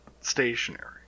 stationary